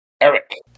Eric